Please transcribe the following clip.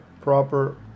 proper